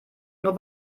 nur